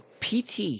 PT